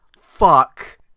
fuck